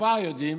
כבר יודעים,